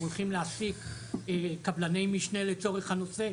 הולכים להעסיק קבלני משנה לצורך הנושא.